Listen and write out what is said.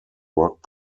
rock